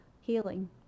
healing